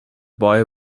boy